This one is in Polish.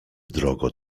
drogo